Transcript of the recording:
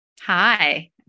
Hi